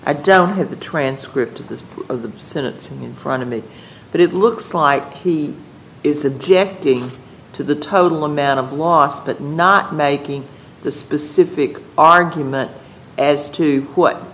i don't have the transcript of this of the sentence in front of me but it looks like he is objecting to the total amount of loss but not making the specific argument as to what